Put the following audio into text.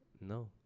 No